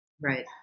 Right